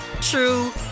true